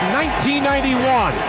1991